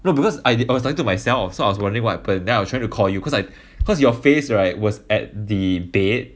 no because I was talking to myself so I was wondering what happened then I was trying to call you cause I cause your face right was at the bed